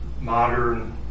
modern